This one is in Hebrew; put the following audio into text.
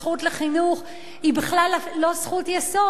הזכות לחינוך היא בכלל לא זכות יסוד,